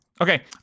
Okay